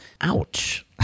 Ouch